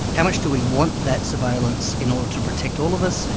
how much do we want that surveillance in order to protect all of us?